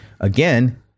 Again